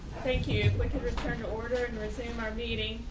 thank you like and return to order and resume our meeting.